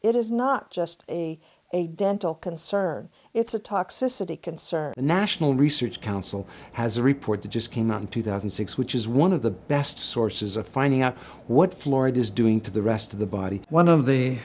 it is not just a a dental concern it's a toxicity concern the national research council has a report that just came out in two thousand and six which is one of the best sources of finding out what florida is doing to the rest of the body one of the